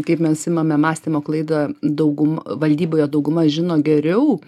kaip mes imame mąstymo klaidą daugum valdyboje dauguma žino geriau